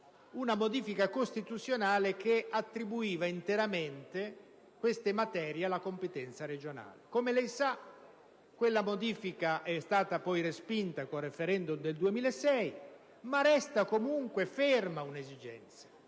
una modifica costituzionale che attribuiva interamente queste materie alla competenza regionale. Come lei sa, quella modifica è stata poi respinta con il *referendum* del 2006; resta comunque ferma un'esigenza